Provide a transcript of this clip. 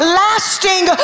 lasting